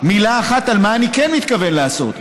מילה אחת על מה אני כן מתכוון לעשות.